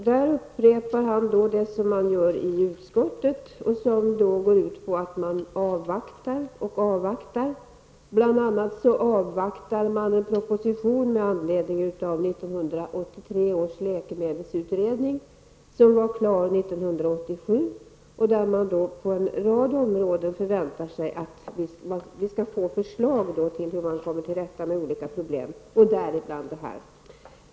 Han upprepar det som utskottet säger och som går ut på att man skall avvakta och avvakta. Bl.a. avvaktar man en proposition med anledning av 1983 års läkemedelsutredning som var klar år 1987, och man förväntar sig att vi på en rad områden skall få förslag till hur man kommer till rätta med olika problem och däribland detta.